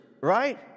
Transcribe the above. right